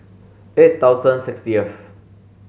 eight thousand sixteenth